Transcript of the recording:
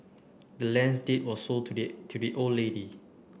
the land's deed was sold to the to the old lady